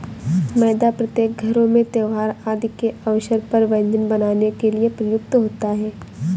मैदा प्रत्येक घरों में त्योहार आदि के अवसर पर व्यंजन बनाने के लिए प्रयुक्त होता है